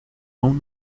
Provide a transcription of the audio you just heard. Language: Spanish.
aún